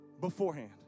beforehand